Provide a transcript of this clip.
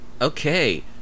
okay